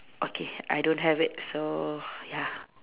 okay I don't have it so ya